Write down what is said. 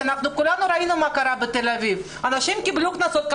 כולנו ראינו מה קרה בתל אביב אנשים קיבלו קנסות.